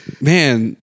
Man